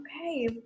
okay